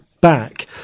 back